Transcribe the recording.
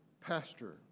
pastor